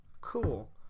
Cool